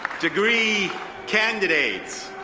degree candidates,